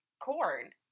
corn